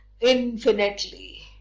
infinitely